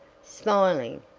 smiling,